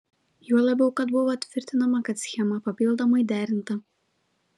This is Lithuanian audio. juo labiau kad buvo tvirtinama kad schema papildomai derinta